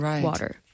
water